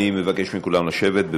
אני מבקש מכולם לשבת.